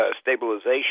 Stabilization